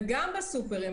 וגם בסופרים,